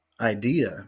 idea